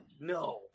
no